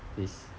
this